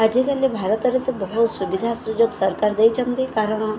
ଆଜିକାଲି ଭାରତରେ ତ ବହୁତ ସୁବିଧା ସୁଯୋଗ ସରକାର ଦେଇଛନ୍ତି କାରଣ